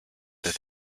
that